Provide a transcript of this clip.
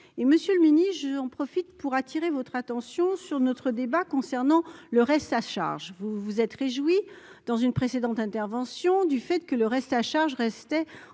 Monsieur le ministre, j'en profite pour attirer votre attention sur notre débat concernant le reste à charge. Vous vous êtes réjoui, dans une précédente intervention, du fait que le reste à charge restait